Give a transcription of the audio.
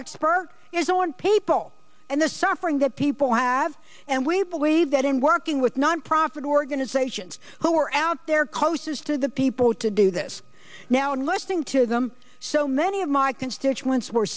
expert is on paypal and the suffering that people have and we believe that in working with nonprofit organizations who were out there closest to the people to do this now and listening to them so many of my constituents were